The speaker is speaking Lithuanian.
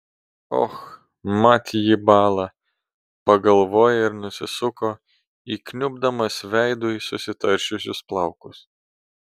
och mat jį bala pagalvojo ir nusisuko įkniubdamas veidu į susitaršiusius plaukus